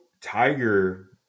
Tiger